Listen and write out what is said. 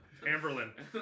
amberlin